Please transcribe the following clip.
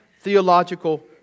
theological